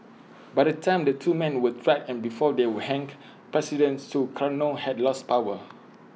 by the time the two men were tried and before they were hanged president Sukarno had lost power